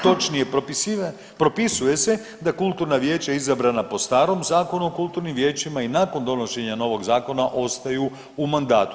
Točnije propisuje se da kulturna vijeća izabrana po starom Zakonu o kulturnim vijećima i nakon donošenja novog zakona ostaju u mandatu.